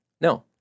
No